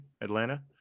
Atlanta